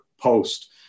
post